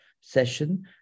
session